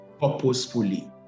purposefully